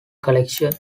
collection